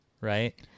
right